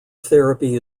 therapy